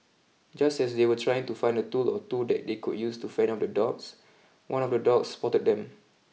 just as they were trying to find a tool or two that they could use to fend off the dogs one of the dogs spotted them